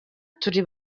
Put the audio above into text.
turi